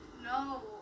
No